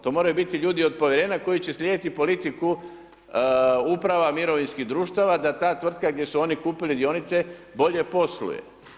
To moraju biti ljudi od povjerenja koji će slijediti politiku uprava mirovinskih društava, da ta tvrtka gdje su oni kupili dionice, bolje posluje.